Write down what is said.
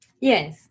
yes